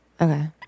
Okay